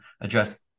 address